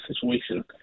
situation